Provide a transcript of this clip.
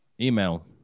Email